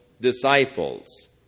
disciples